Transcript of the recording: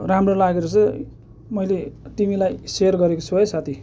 राम्रो लागेर चाहिँ मैले तिमीलाई सेयर गरेको छु है साथी